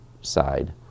side